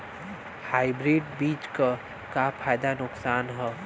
Hybrid बीज क का फायदा नुकसान ह?